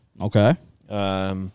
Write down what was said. Okay